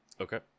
Okay